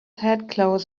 headcloth